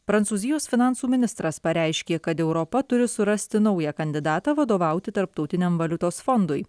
prancūzijos finansų ministras pareiškė kad europa turi surasti naują kandidatą vadovauti tarptautiniam valiutos fondui